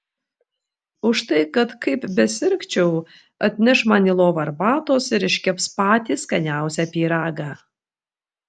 už tai kad kaip besirgčiau atneš man į lovą arbatos ir iškeps patį skaniausią pyragą